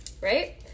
right